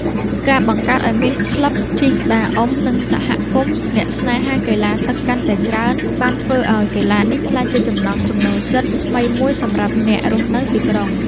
ការបង្កើតឱ្យមានក្លឹបជិះក្តារអុំ និងសហគមន៍អ្នកស្នេហាកីឡាទឹកកាន់តែច្រើន បានធ្វើឱ្យកីឡានេះក្លាយជាចំណង់ចំណូលចិត្តថ្មីមួយសម្រាប់អ្នករស់នៅទីក្រុង។